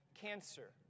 cancer